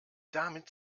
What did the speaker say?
damit